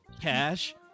Cash